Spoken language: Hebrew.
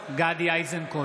בעד גדי איזנקוט,